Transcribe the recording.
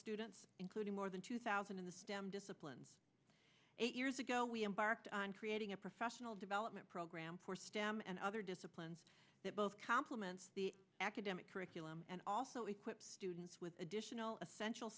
students including more than two thousand in the stem disciplines eight years ago we embarked on creating a professional development program for stem and other disciplines that both complements the academic curriculum and also equip students with additional essential